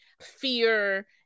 fear